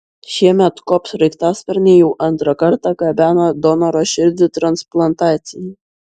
šiemet kop sraigtasparniai jau antrą kartą gabeno donoro širdį transplantacijai